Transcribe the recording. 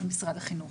למשרד החינוך.